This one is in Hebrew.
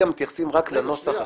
--- כרגע מתייחסים רק לנוסח החדש.